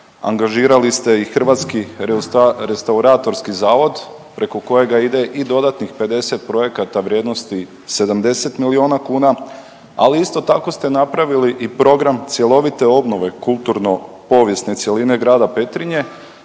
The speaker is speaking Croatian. angažirali ste i Hrvatski restauratorski zavod preko kojega ide i dodanih 50 projekata vrijednosti 70 milijuna kuna, ali isto tako ste napravili i program cjelovite obnove kulturno povijesne cjeline grada Petrinje